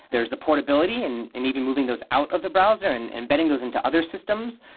there's the portability and and even moving those out of the browser and embedding those into other systems,